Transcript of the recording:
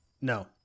No